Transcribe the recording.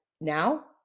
now